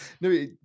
no